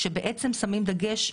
כשבעצם שמים דגש,